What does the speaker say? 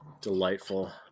delightful